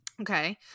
Okay